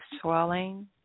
swelling